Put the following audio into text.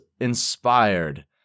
inspired